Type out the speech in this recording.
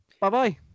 Bye-bye